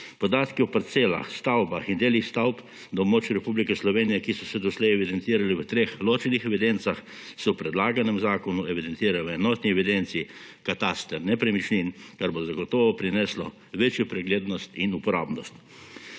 Podatki o parcelah, stavbah in delih stavb na območju Republike Slovenije, ki so se doslej evidentirale v treh ločenih evidencah, so v predlaganem zakonu evidentirane v enotni evidenci – katastru nepremičnin, kar bo zagotovo prineslo večjo preglednost in uporabnost.